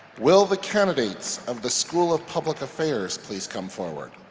will the candidates of the school of public affairs please come forward?